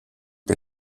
der